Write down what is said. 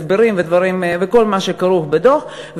הסברים וכל מה שכרוך בדוח,